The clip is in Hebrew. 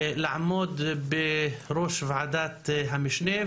לעמוד בראש וועדת המשנה.